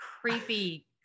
creepy